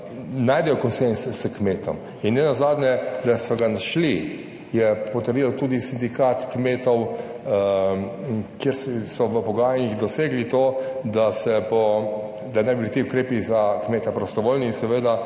najdejo konsenz s kmetom in nenazadnje, da so ga našli, je potrdil tudi sindikat kmetov, kjer so v pogajanjih dosegli to, da se po, da ne bi bili ti ukrepi za kmeta prostovoljni in seveda,